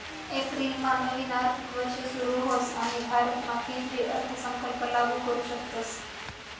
एप्रिलमा नवीन आर्थिक वर्ष सुरू होस आणि भारतामा केंद्रीय अर्थसंकल्प लागू करू शकतस